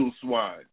swine